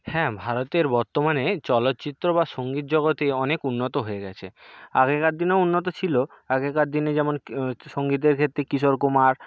হ্যাঁ ভারতের বর্তমানে চলচ্চিত্র বা সঙ্গীত জগতে অনেক উন্নত হয়ে গেছে আগেকার দিনেও উন্নত ছিল আগেকার দিনে যেমন কি হচ্ছে সঙ্গীতের ক্ষেত্রে কিশোর কুমার